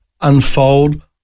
unfold